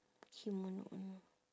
kimono mm